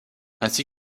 ainsi